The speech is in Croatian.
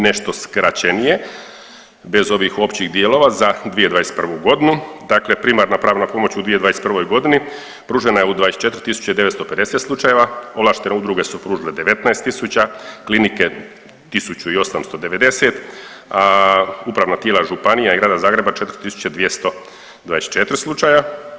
Nešto skraćenije bez ovih općih dijelova za 2021.g. dakle primarna pravna pomoć u 2021.g. pružena je u 24.950 slučajeva, ovlaštene udruge su pružile 19.000, klinike 1.890, a upravna tijela županija i Grada Zagreba 4.224 slučaja.